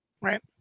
Right